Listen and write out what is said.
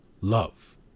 love